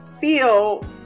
...feel